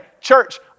Church